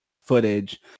footage